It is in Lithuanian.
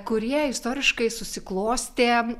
kurie istoriškai susiklostė